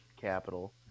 capital